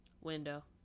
Window